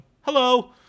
hello